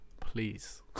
Please